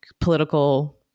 political